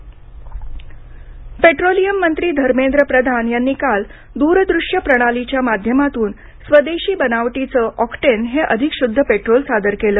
petrol प्रधान petroleum मंत्री धर्मेंद्र प्रधान यांनी काल द्रदृश्य प्राणलीच्या माध्यमातून स्वदेशी बनावटीचं ऑकटेन हे अधिक शुद्ध पेट्रोल सादर केलं